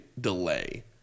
delay